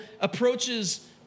approaches